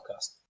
podcast